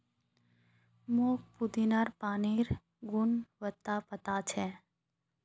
मोक पुदीनार पानिर गुणवत्ता पता छ